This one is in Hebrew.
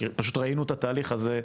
כי פשוט ראינו את התהליך הזה.